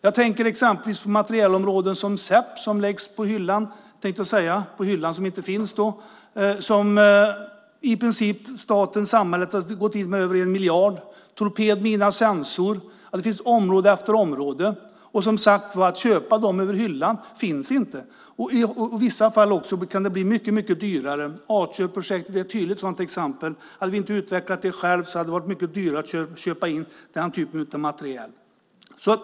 Jag tänker exempelvis på materielområden som SEP, som läggs på hyllan som inte finns. Där har i princip staten och samhället gått in med över 1 miljard. Det finns torped-mina-sensor. Det finns område efter område. Att köpa dem över hyllan går inte. I vissa fall kan det också bli mycket dyrare. Arthurprojektet är ett tydligt sådant exempel. Hade vi inte utvecklat det själva hade det varit mycket dyrare att köpa in den typen av materiel.